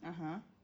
(uh huh)